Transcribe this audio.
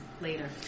later